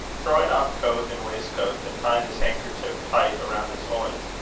throwing off coat and waistcoat, and tying his handkerchief tight round his loins,